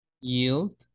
yield